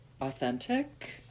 authentic